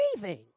breathing